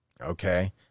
Okay